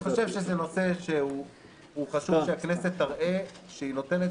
אני חושב שזה נושא, שחשוב שהכנסת תראה שהיא נותנת